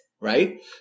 right